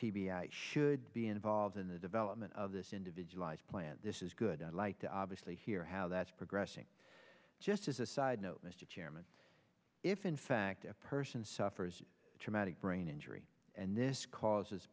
b i should be involved in the development of this individualized plan this is good i'd like to obviously hear how that's progressing just as a side note mr chairman if in fact a person suffers traumatic brain injury and this causes